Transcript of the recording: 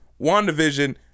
WandaVision